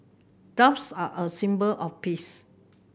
doves are a symbol of peace